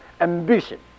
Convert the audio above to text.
ambition